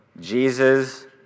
Jesus